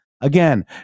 again